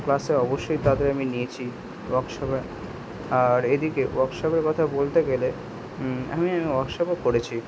ক্লাসে অবশ্যই তাদের আমি নিয়েছি ওয়ার্কশপে আর এদিকে ওয়ার্কশপের কথা বলতে গেলে আমি ওয়ার্কশপও করেছি